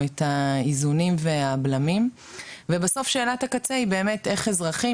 או את האיזונים והבלמים ובסוף שאלת הקצה היא באמת איך אזרחים